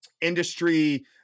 industry